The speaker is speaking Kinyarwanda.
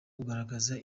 kugaragaza